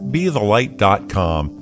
Be-The-Light.com